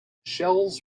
shells